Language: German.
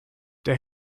der